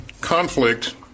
conflict